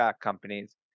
companies